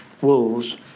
Wolves